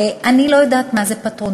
לוי, אני לא יודעת מה זה פטרונות.